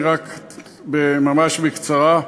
ממש בקצרה: